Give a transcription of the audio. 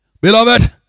Beloved